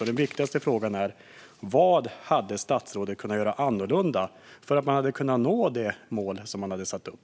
Den viktigaste är: Vad hade statsrådet kunnat göra annorlunda så att man hade kunnat nå det mål som man satt upp?